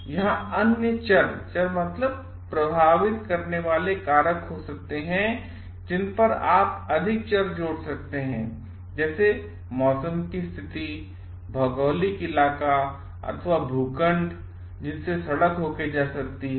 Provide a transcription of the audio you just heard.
तो यहाँ अन्य चर हो सकते हैं जिन पर आप अधिक चर जोड़ सकते हैं जैसे मौसम की स्थिति या शायद भौगोलिक इलाका अथवा भूखंड हो सकती है जिससे होकर सड़क जा सकती है